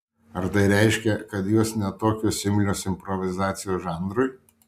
ar tai reiškia kad jos ne tokios imlios improvizacijos žanrui